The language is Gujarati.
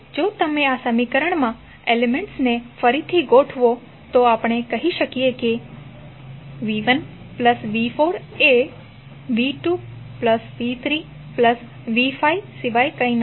હવે જો તમે આ સમીકરણમાં એલિમેન્ટ્સને ફરીથી ગોઠવો તો આપણે કહી શકીએ કે v1 v4 એ v2 v3 v5 સિવાય કંઈ નથી